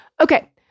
Okay